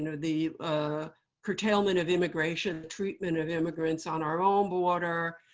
the curtailment of immigration, treatment of immigrants on our own border,